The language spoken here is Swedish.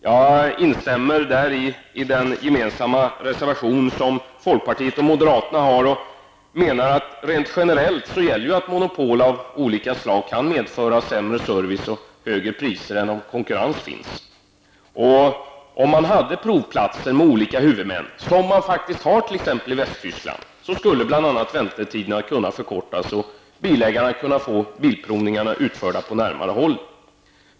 Jag instämmer i den gemensamma reservation som folkpartiet och moderaterna har. Rent generellt gäller ju att monopol av olika slag kan medföra sämre service och högre priser än om konkurrens finns. Om man hade provplatser med olika huvudmän, vilket man faktiskt har i t.ex. Västtyskland, skulle bl.a. väntetiderna kunna förkortas och bilägarna få bilprovningarna utförda på närmare håll.